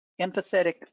Empathetic